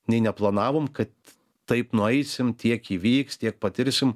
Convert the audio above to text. nei neplanavom kad taip nueisim tiek įvyks tiek patirsim